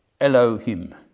Elohim